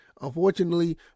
Unfortunately